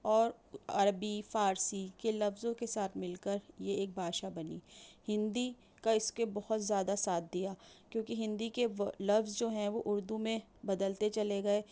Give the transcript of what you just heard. اور عربی فارسی کے لفظوں کے ساتھ مل کر یہ ایک بھاشا بنی ہندی کا اِس کے بہت زیادہ ساتھ دیا کیونکہ ہندی کے وہ لفظ جو ہیں وہ اُردو میں بدلتے چلے گئے